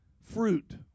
fruit